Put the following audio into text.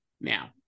now